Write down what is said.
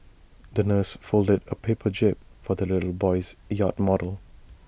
the nurse folded A per paper jib for the little boy's yacht model